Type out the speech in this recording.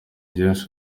james